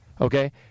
okay